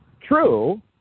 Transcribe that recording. true